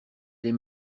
les